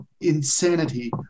insanity